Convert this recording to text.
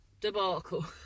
debacle